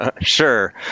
sure